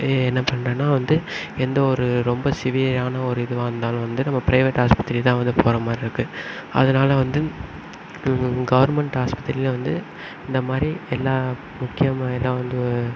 என்ன பண்றோன்னா வந்து எந்த ஒரு ரொம்ப சிவியரான ஒரு இதுவாக இருந்தாலும் வந்து நம்ம ப்ரைவேட் ஆஸ்பத்திரி தான் வந்து போகிறமாதிரி இருக்கு அதனால் வந்து கவர்மெண்ட் ஆஸ்பத்திரியில் வந்து இந்தமாதிரி எல்லாம் முக்கியமாக ஏதா வந்து